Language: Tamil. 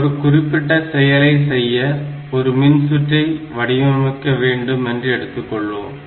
ஒரு குறிப்பிட்ட செயலை செய்ய ஒரு மின்சுற்றை வடிவமைக்க வேண்டும் என்று எடுத்துக்கொள்வோம்